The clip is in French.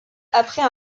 après